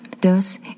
Thus